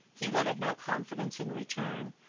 he wanted no confidence in return,